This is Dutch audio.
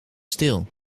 stil